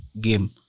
game